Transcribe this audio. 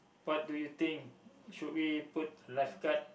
what do you think should we put lifeguard